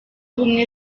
ubumwe